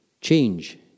Change